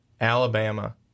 Alabama